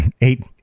eight